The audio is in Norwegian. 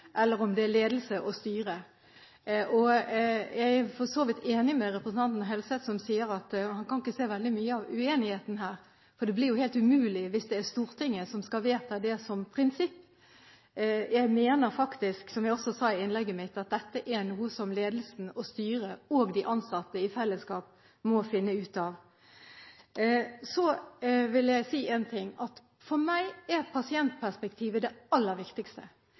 eller om det er ledelse og styre. Jeg er for så vidt enig med representanten Helseth, som sier at han ikke kan se veldig mye av uenigheten her. Det blir jo helt umulig hvis det er Stortinget som skal vedta det som prinsipp. Jeg mener faktisk, som jeg også sa i innlegget mitt, at dette er noe som ledelsen og styret og de ansatte i fellesskap må finne ut av. Så vil jeg si én ting: For meg er pasientperspektivet det aller viktigste.